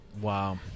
Wow